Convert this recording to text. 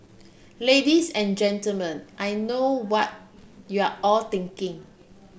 ladies and Gentlemen I know what you're all thinking